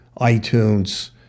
iTunes